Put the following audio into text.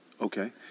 Okay